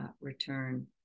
return